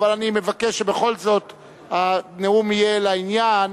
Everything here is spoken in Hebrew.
אבל אני מבקש שבכל זאת הנאום יהיה לעניין,